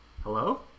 Hello